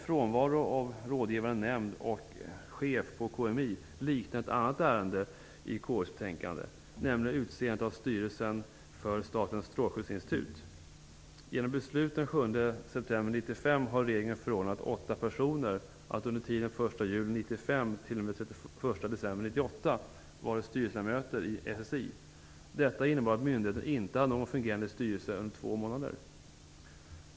Frånvaron av en rådgivande nämnd och av chef på KMI gör att ärendet liknar ett annat ärende i KU:s betänkande, nämligen det som gäller utseende av styrelse för Statens strålskyddsinstitut. Genom beslut den 7 september 1995 har regeringen förordnat åtta personer att fr.o.m. den 1 juli 1995 t.o.m. den 31 december 1998 vara styrelseledamöter i SSI. Detta innebar att myndigheten inte hade någon fungerande styrelse under två månader.